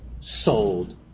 sold